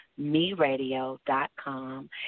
meradio.com